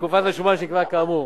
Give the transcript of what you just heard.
תקופת השומה שנקבעה כאמור.